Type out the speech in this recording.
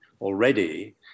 already